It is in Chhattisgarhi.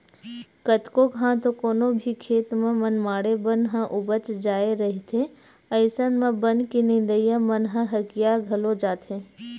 कतको घांव तो कोनो भी खेत म मनमाड़े बन ह उपज जाय रहिथे अइसन म बन के नींदइया मन ह हकिया घलो जाथे